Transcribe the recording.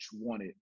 wanted